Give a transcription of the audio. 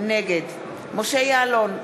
נגד משה יעלון,